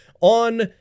on